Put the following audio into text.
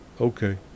Okay